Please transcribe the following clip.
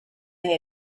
they